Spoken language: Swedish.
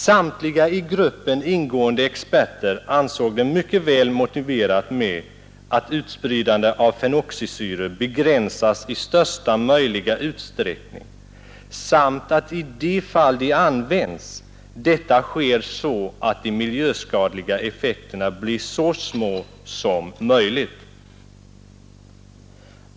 Samtliga i gruppen ingående experter ansåg det mycket väl motiverat att utspridandet av fenoxisyror begränsas i största möjliga utsträckning samt att i de fall då de används detta sker så, att de miljöskadliga effekterna blir så små som möjligt.